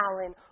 Alan